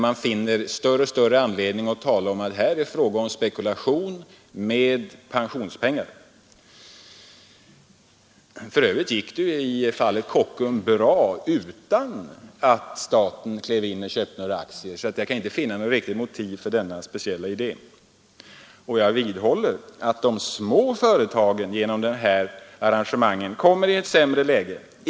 Man finner större och större anledning att tala om att det är fråga om spekulation med pensionspengar. För övrigt gick det bra i fallet Kockum utan att staten köpte några aktier, så jag kan inte finna något riktigt motiv för denna speciella idé. Jag vidhåller att de små företagen genom detta arrangemang kommer i ett sämre läge.